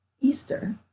easter